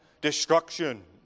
destruction